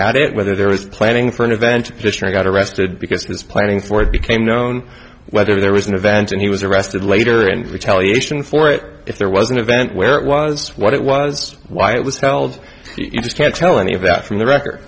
at it whether there was planning for intervention got arrested because this planning for it became known whether there was an event and he was arrested later and retaliation for it if there was an event where it was what it was why it was held you just can't tell any of that from the record